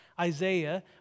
Isaiah